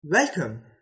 Welcome